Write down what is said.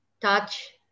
touch